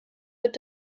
wird